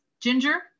Ginger